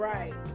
Right